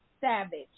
Savage